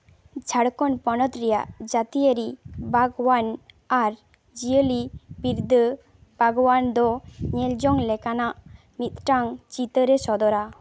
ᱡᱷᱟᱲᱠᱷᱚᱸᱰ ᱯᱚᱱᱚᱛ ᱨᱮᱭᱟᱜ ᱡᱟᱹᱛᱤᱭᱟᱹᱨᱤ ᱵᱟᱜᱽᱣᱟᱱ ᱟᱨ ᱡᱤᱭᱟᱹᱞᱤ ᱵᱤᱨᱫᱟᱹ ᱵᱟᱜᱽᱣᱟᱱ ᱫᱚ ᱧᱮᱞ ᱡᱚᱝ ᱞᱮᱠᱟᱱᱟᱜ ᱢᱤᱫᱴᱟᱜ ᱪᱤᱛᱟᱹᱨᱮ ᱥᱚᱫᱚᱨᱮ